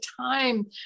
time